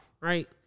right